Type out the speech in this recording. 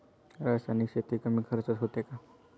रासायनिक शेती कमी खर्चात होते का?